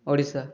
Odisha